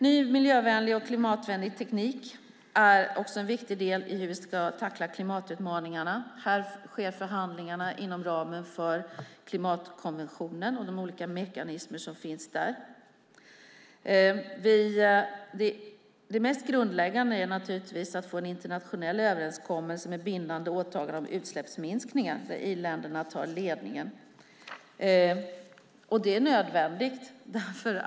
Ny miljövänlig och klimatvänlig teknik är också en viktig del i hur vi ska tackla klimatutmaningarna. Här sker förhandlingarna inom ramen för klimatkonventionen och de olika mekanismer som finns där. Det mest grundläggande är naturligtvis att få en internationell överenskommelse med bindande åtaganden om utsläppsminskningar, där i-länderna tar ledningen. Det är nödvändigt.